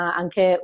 anche